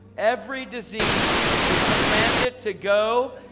every disease, we command it to go,